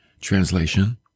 translation